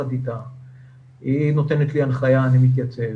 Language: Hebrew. היא נותנת לי הנחיה, אני מתייצב,